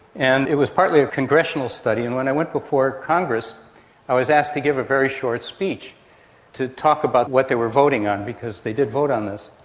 and it was partly a congressional study, and when i went before congress i was asked to give a very short speech to talk about what they were voting on, because they did vote on this.